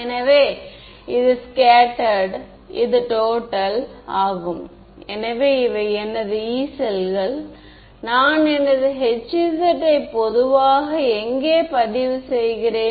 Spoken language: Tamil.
எனவே z என்பது Hyஆக இருக்கப்போகிறது மற்றும் y என்பதன் மூலம் Hz யை நான் பெற போகிறேன்